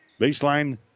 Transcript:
Baseline